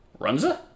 Runza